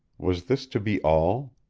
was this to be all?